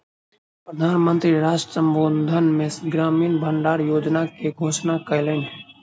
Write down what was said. प्रधान मंत्री राष्ट्र संबोधन मे ग्रामीण भण्डार योजना के घोषणा कयलैन